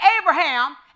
Abraham